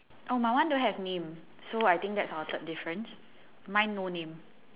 oh my one don't have name so I think that's our third difference mine no name